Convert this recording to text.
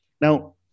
Now